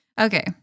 Okay